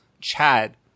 Chad